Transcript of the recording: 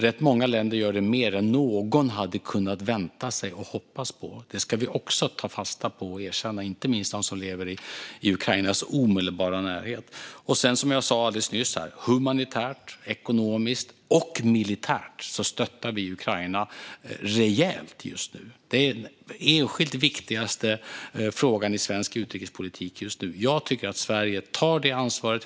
Rätt många länder gör det mer än någon hade kunnat vänta sig och hoppas på - det ska vi också ta fasta på och erkänna - inte minst de som lever i Ukrainas omedelbara närhet. Som jag sa alldeles nyss: Humanitärt, ekonomiskt och militärt stöttar vi Ukraina rejält just nu. Det är den enskilt viktigaste frågan i svensk utrikespolitik just nu. Jag tycker att Sverige tar det ansvaret.